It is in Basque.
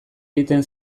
egiten